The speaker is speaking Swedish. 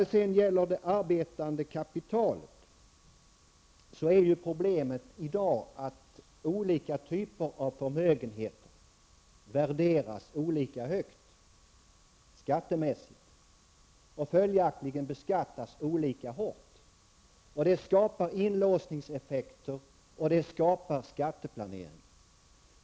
Problemet med det arbetande kapitalet är att olika typer av förmögenhet värderas olika högt beskattningsmässigt och följaktligen beskattas olika hårt. Det skapar inlåsningseffekter och skatteplanering.